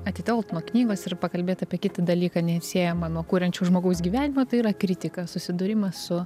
atitelkt nuo knygos ir pakalbėt apie kitą dalyką neatsiejamą nuo kuriančio žmogaus gyvenimo tai yra kritika susidūrimas su